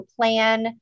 plan